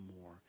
more